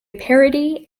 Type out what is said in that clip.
parody